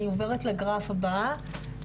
אני עוברת לגרף הבא,